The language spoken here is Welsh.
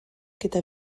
gyda